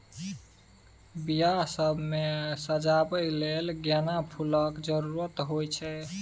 बियाह सब मे सजाबै लेल गेना फुलक जरुरत होइ छै